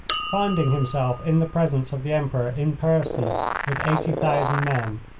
finding himself in the presence of the emperor in person with eighty thousand men,